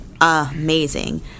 amazing